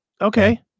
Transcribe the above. Okay